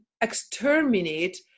exterminate